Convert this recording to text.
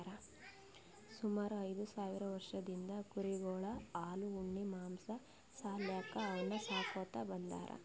ಸುಮಾರ್ ಐದ್ ಸಾವಿರ್ ವರ್ಷದಿಂದ್ ಕುರಿಗೊಳ್ ಹಾಲ್ ಉಣ್ಣಿ ಮಾಂಸಾ ಸಾಲ್ಯಾಕ್ ಅವನ್ನ್ ಸಾಕೋತ್ ಬಂದಾರ್